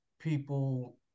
people